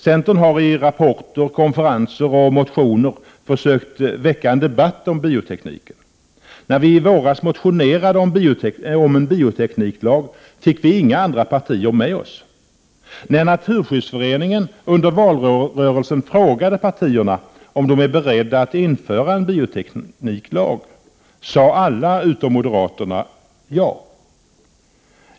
Centern har i rapporter, vid konferenser och i motioner försökt att väcka en debatt om biotekniken. När vi i våras motionerade om en biotekniklag, fick vi inga andra partier med oss. När Naturskyddsföreningen under valrörelsen frågade partierna om de är beredda att införa en biotekniklag, sade alla utom moderaterna ja.